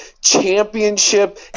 championship